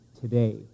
today